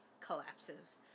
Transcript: collapses